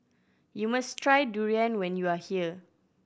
you must try durian when you are here